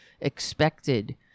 expected